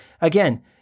again